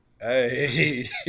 Hey